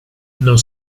non